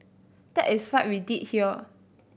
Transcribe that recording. that is what we did here